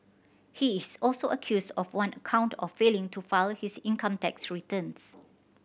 he is also accused of one account of failing to file his income tax returns